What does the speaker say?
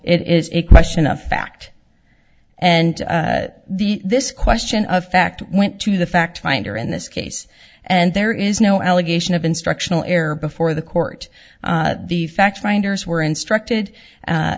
is a question of fact and the this question of fact went to the fact finder in this case and there is no allegation of instructional error before the court the fact finders were instructed a